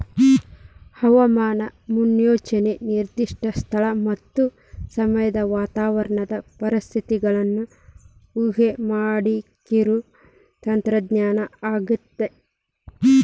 ಹವಾಮಾನ ಮುನ್ಸೂಚನೆ ನಿರ್ದಿಷ್ಟ ಸ್ಥಳ ಮತ್ತ ಸಮಯದ ವಾತಾವರಣದ ಪರಿಸ್ಥಿತಿಗಳನ್ನ ಊಹೆಮಾಡಾಕಿರೋ ತಂತ್ರಜ್ಞಾನ ಆಗೇತಿ